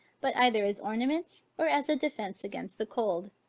but either as ornaments, or as a defence against the cold.